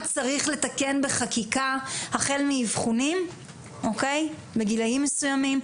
צריך לתקן בחקיקה החל מאבחונים בגילאים מסוימים,